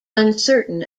uncertain